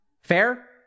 Fair